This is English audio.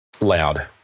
loud